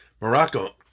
Morocco